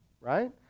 Right